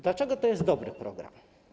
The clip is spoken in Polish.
Dlaczego to jest dobry program?